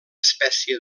espècie